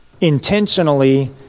intentionally